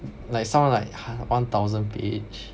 like some are like hu~ one thousand page